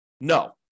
No